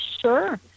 Sure